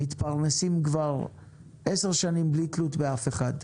מתפרנסים כבר עשר שנים בלי תלות באף אחד,